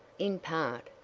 in part,